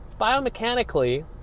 biomechanically